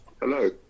Hello